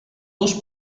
dos